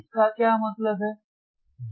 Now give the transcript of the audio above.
इसका क्या मतलब है